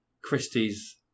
Christie's